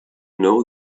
know